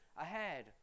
ahead